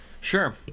Sure